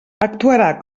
actuarà